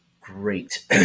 great